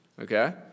okay